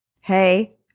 Hey